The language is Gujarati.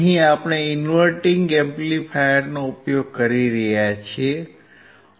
અહીં આપણે ઇન્વર્ટીંગ એમ્પ્લીફાયરનો ઉપયોગ કરી રહ્યા છીએ